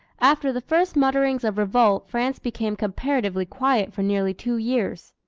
after the first mutterings of revolt france became comparatively quiet for nearly two years.